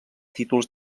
títols